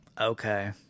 Okay